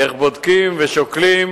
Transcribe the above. איך בודקים ושוקלים.